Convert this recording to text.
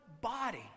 body